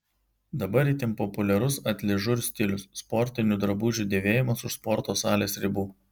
dabar itin populiarus atližur stilius sportinių drabužių dėvėjimas už sporto salės ribų